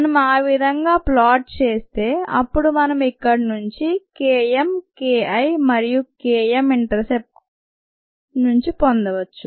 మనం ఆ విధంగా ప్లాట్ చేస్తే అప్పుడు మనం ఇక్కడ నుండి Km KI మరియు K m ఇంటర్సెప్ట్ నుండి పొందవచ్చు